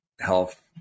health